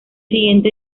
siguiente